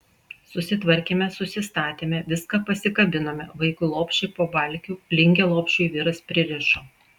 susitvarkėme susistatėme viską pasikabinome vaikui lopšį po balkiu lingę lopšiui vyras pririšo